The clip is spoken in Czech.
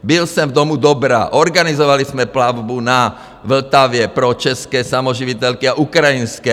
Byl jsem v Domu Dobra, organizovali jsme plavbu na Vltavě pro české samoživitelky a ukrajinské.